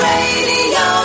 Radio